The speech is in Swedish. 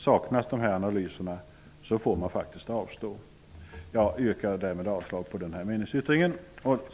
Saknas dessa analyser får man faktiskt avstå från besparingen. Jag yrkar härmed avslag på den meningsyttringen.